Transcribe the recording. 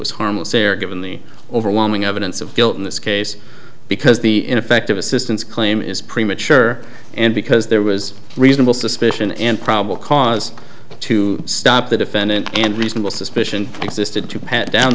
was harmless error in the overwhelming evidence of guilt in this case because the ineffective assistance claim is premature and because there was reasonable suspicion and probable cause to stop the defendant and reasonable suspicion existed to pat down